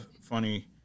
funny